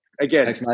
Again